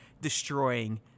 destroying